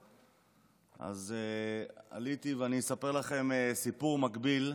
אז עליתי ואני אספר לכם סיפור מקביל,